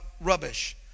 rubbish